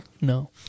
No